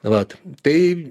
vat tai